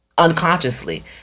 unconsciously